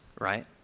right